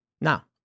Now